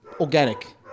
Organic